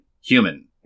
Human